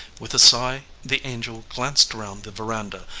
with a sigh the angel glanced round the veranda,